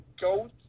GOAT